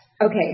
okay